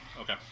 okay